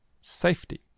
safety